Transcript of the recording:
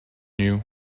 you